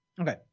Okay